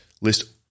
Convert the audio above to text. List